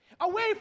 away